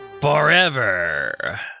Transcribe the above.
Forever